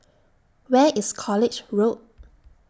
Where IS College Road